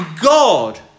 God